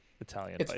Italian